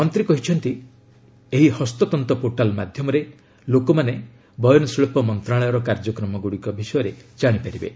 ମନ୍ତ୍ରୀ କହିଛନ୍ତି ଏହି ହସ୍ତତନ୍ତ ପୋର୍ଟାଲ୍ ମାଧ୍ୟମରେ ଲୋକମାନେ ବୟନଶିଳ୍ପ ମନ୍ତ୍ରଣାଳୟର କାର୍ଯ୍ୟକ୍ରମ ଗୁଡ଼ିକ ବିଷୟରେ ଜାଣିପାରିବେ